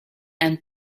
and